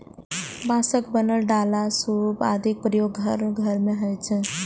बांसक बनल डाला, सूप आदिक प्रयोग घर घर मे होइ छै